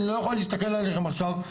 אני לא יכול להסתכל עליכם עכשיו,